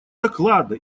доклада